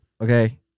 Okay